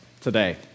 today